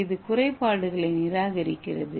இது குறைபாடுகளை நிராகரிக்கிறது